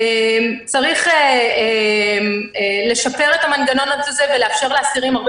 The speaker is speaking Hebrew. צריך לשפר את המנגנון הזה ולאפשר לאסירים הרבה